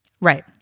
Right